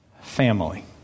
family